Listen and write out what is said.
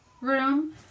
room